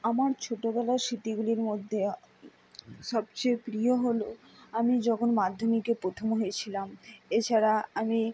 আমার ছোটবেলার স্মৃতিগুলির মধ্যে সবচেয়ে প্রিয় হল আমি যখন মাধ্যমিকে প্রথম হয়েছিলাম এছাড়া আমি